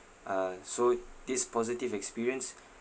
uh so this positive experience